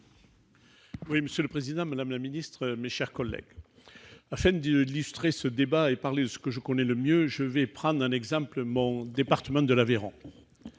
Luche. Monsieur le président, madame la ministre, mes chers collègues, afin d'illustrer ce débat en parlant de ce que je connais le mieux, je vais prendre en exemple mon département de l'Aveyron.